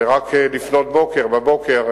ורק לפנות בוקר, בבוקר,